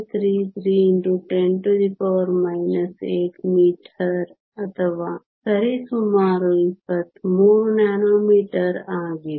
33 x 10 8 ಮೀ ಅಥವಾ ಸರಿಸುಮಾರು 23 ನ್ಯಾನೊಮೀಟರ್ ಆಗಿದೆ